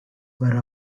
were